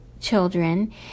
children